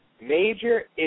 major